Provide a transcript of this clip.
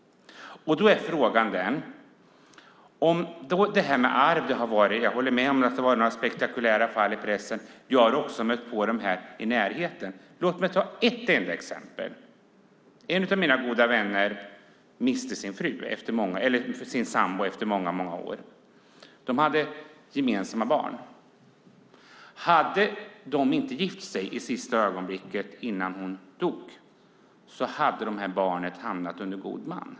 När det gäller arv - jag håller med om att det har varit några spektakulära fall i pressen, och jag har också stött på dem i närheten - ska jag ta ett enda exempel. En av mina goda vänner miste sin sambo efter många år tillsammans. De hade gemensamma barn. Hade de inte gift sig i sista ögonblicket innan hon dog, hade barnen hamnat under god man.